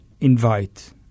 invite